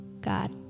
God